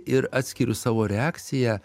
ir atskiriu savo reakciją